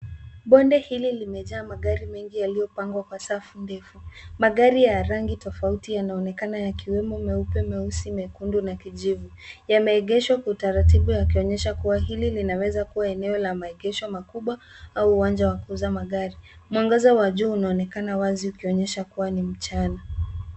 Bonde hili limejaa magari mengi yaliyopangwa kwa safu ndefu. Magari ya rangi tofauti yanaonekana yakiwemo meupe, meusi, mekundu na kijivu. Yameegeshwa kwa utaratibu yakionyesha kuwa hili linaweza kuwa eneo la maegesho makubwa au wanja wa kuuza magari. Mwangaza wa jua unaonekana wazi ukionyesha kuwa ni mchana.